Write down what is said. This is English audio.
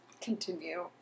continue